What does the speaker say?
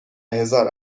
هزار